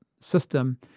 system